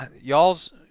y'all's